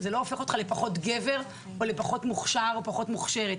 זה לא הופך אותם לפחות גבר או פחות מוכשר או מוכשרת.